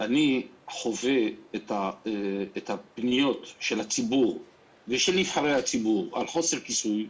אני חווה את הפניות של הציבור ושל נבחרי הציבור על חוסר כיסוי,